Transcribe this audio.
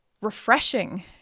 refreshing